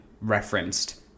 referenced